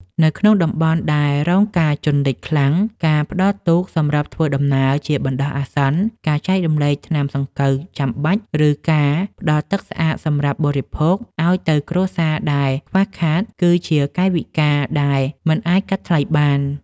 នៅក្នុងតំបន់ដែលរងការជន់លិចខ្លាំង ការផ្ដល់ទូកសម្រាប់ធ្វើដំណើរជាបណ្ដោះអាសន្ន ការចែករំលែកថ្នាំសង្កូវចាំបាច់ ឬការផ្ដល់ទឹកស្អាតសម្រាប់បរិភោគទៅឱ្យគ្រួសារដែលខ្វះខាត គឺជាកាយវិការដែលមិនអាចកាត់ថ្លៃបាន។